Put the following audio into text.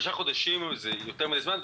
שלושה חודשים זה יותר מדי זמן.